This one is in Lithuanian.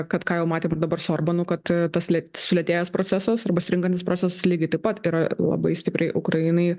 kad ką jau matėm dabar su orbanu kad tas lėt sulėtėjęs procesas arba stringantis procesas lygiai taip pat yra labai stipriai ukrainai